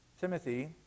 Timothy